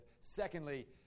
Secondly